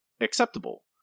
acceptable